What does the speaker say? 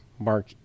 mark